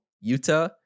Utah